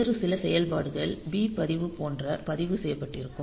வேறு சில சிறப்பு செயல்பாடுகள் B பதிவு போன்ற பதிவு செய்யப்பட்டிருக்கும்